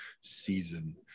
season